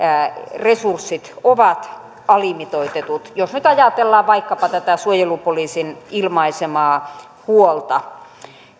resurssit ovat alimitoitetut jos nyt ajatellaan vaikkapa tätä suojelupoliisin ilmaisemaa huolta